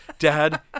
Dad